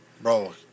Bro